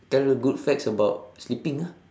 tell good facts about sleeping ah